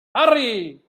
arri